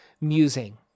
musing